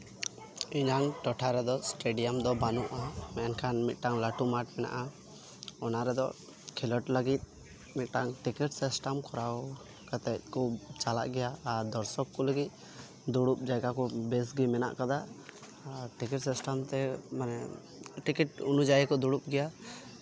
ᱤᱧᱟᱹᱝ ᱴᱚᱴᱷᱟ ᱨᱮᱫᱚ ᱮᱥᱴᱴᱮᱰᱤᱭᱟᱢ ᱫᱚ ᱵᱟᱹᱱᱩᱜᱼᱟ ᱢᱮᱱᱠᱷᱟᱱ ᱢᱤᱫᱴᱟᱝ ᱞᱟᱹᱴᱩ ᱢᱟᱴᱷ ᱢᱮᱱᱟᱜᱼᱟ ᱚᱱᱟ ᱨᱮᱫᱚ ᱠᱷᱮᱞᱳᱰ ᱞᱟᱹᱜᱤᱫ ᱢᱤᱫᱴᱟᱝ ᱴᱮᱠᱱᱤᱥᱮᱠᱴᱟᱢ ᱠᱚᱨᱟᱣ ᱠᱟᱛᱮ ᱠᱚ ᱪᱟᱞᱟᱜ ᱜᱮᱭᱟ ᱟᱨ ᱫᱚᱨᱥᱚᱠ ᱠᱚ ᱞᱟᱹᱜᱤᱫ ᱫᱩᱲᱩᱵ ᱡᱟᱭᱜᱟ ᱠᱚ ᱵᱮᱥ ᱜᱮ ᱢᱮᱱᱟᱜ ᱠᱟᱫᱟ ᱟᱨ ᱴᱮᱠᱱᱤ ᱥᱤᱥᱴᱮᱢ ᱛᱮ ᱢᱟᱱᱮ ᱴᱤᱠᱤᱴ ᱚᱱᱩᱡᱟᱭᱤ ᱠᱚ ᱫᱩᱲᱩᱵ ᱜᱮᱭᱟ